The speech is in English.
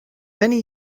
many